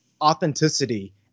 authenticity